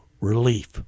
relief